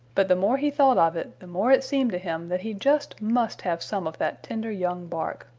but the more he thought of it the more it seemed to him that he just must have some of that tender young bark.